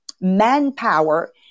manpower